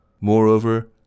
Moreover